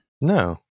No